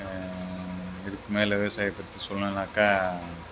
இதுக்கு மேலே விவசாயத்தை பற்றி சொல்லணுனாக்கா